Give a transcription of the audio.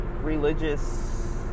religious